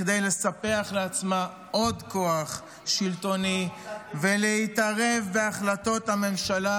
לספח לעצמה עוד כוח שלטוני ולהתערב בהחלטות הממשלה,